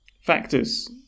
factors